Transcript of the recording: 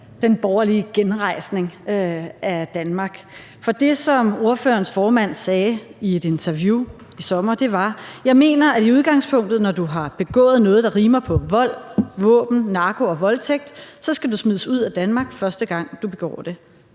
den borgerlige genrejsning af Danmark. For det, som ordførerens formand sagde i et interview i sommer, var: Jeg mener, at i udgangspunktet, når du har begået noget, der rimer på vold, våben, narko og voldtægt, så skal du smides ud af Danmark, første gang du begår det.